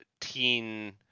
teen